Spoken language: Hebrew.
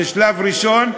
זה שלב ראשון.